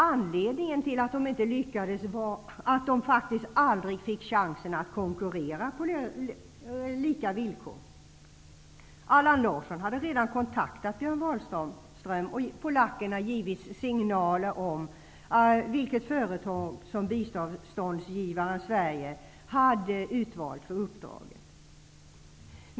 Anledningen till att de inte lyckades var att de faktiskt aldrig fick chansen att konkurrera på lika villkor. Allan Larsson hade redan kontaktat Björn Wahlström, och polackerna hade givits signaler om vilket företag som biståndsgivaren Sverige hade utvalt för uppdraget.